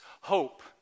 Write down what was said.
hope